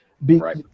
Right